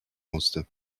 musste